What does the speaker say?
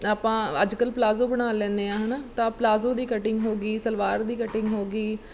ਆਪਾਂ ਅੱਜ ਕੱਲ੍ਹ ਪਲਾਜ਼ੋ ਬਣਾ ਲੈਂਦੇ ਹਾਂ ਹੈ ਨਾ ਤਾਂ ਪਲਾਜ਼ੋ ਦੀ ਕਟਿੰਗ ਹੋ ਗਈ ਸਲਵਾਰ ਦੀ ਕਟਿੰਗ ਹੋ ਗਈ